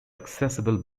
accessible